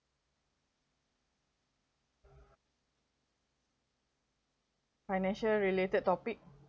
financial related topic